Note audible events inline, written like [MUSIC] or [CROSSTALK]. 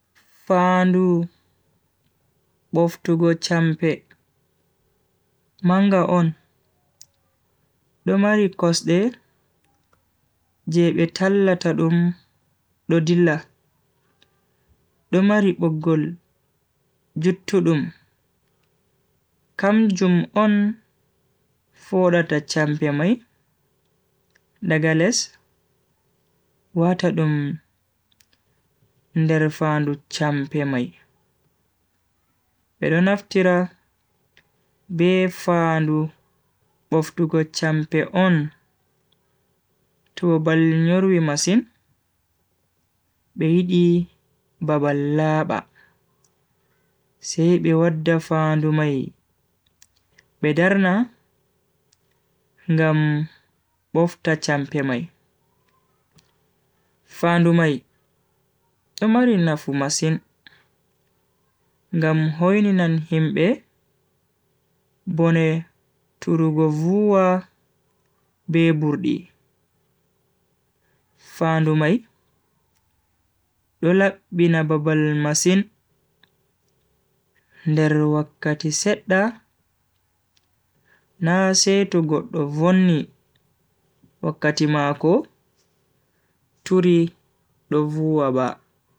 Fandu, bof to go champi, [HESITATION] manga on, domari kosde, je betalata dum dodilla, domari bogul, juttu dum, kamjum on, fo data champi amai, dagales, wata dum, dar fandu champi amai, bedonaftira be fandu bof to go champi on, to balin yurwe masin, beidi [HESITATION] babalaba, sebe wadda fandu may, bedarna gam bofta champi amai, fandu may, domari nafu masin, gam hoi ninan himbe, bone turugo vuwa be burdi, fandu may, dolap bina babal masin, der wakati set da, na se to go to voni wakati mako, turi lo vuwa be